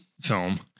film